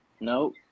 Nope